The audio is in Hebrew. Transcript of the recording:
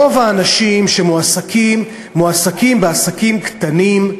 רוב האנשים שמועסקים מועסקים בעסקים קטנים,